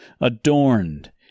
adorned